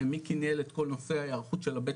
מיקי ניהל את כל נושא ההערכות של הבית